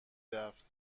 رفت